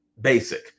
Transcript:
basic